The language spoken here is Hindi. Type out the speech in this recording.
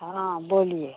हाँ बोलिए